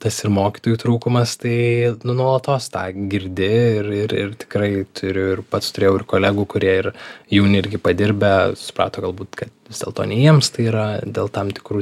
tas ir mokytojų trūkumas tai nu nuolatos tą girdi ir ir ir tikrai turiu ir pats turėjau ir kolegų kurie ir jauni irgi padirbę suprato galbūt kad vis dėlto ne jiems tai yra dėl tam tikrų